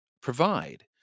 provide